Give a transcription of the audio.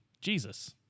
Jesus